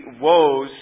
woes